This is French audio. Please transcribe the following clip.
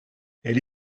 elle